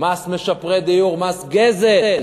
מס משפרי דיור מס גזל,